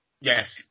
yes